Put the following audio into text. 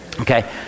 Okay